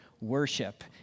worship